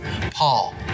Paul